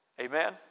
Amen